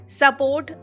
support